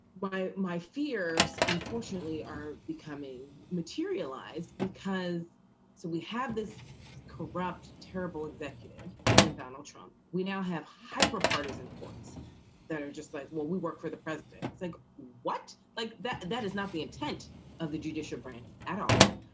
by my fears, unfortunately, are becoming materialized because so we have this corrupt, terrible executive in donald trump. we now have hyper partisan courts that are just like, well, we work for the president. so what like that that is not the intent of the judicial branch at all.